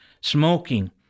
Smoking